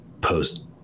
post